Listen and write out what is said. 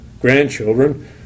grandchildren